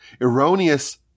erroneous